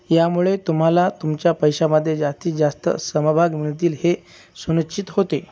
यामुळे तुम्हाला तुमच्या पैशामध्ये जास्तीत जास्त समभाग मिळतील हे सुनिश्चित होते